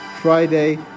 Friday